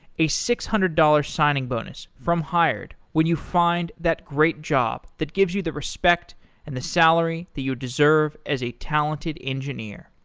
a six hundred dollars signing bonus from hired when you find that great job that gives you the respect and the salary that you deserve as a talented engineer.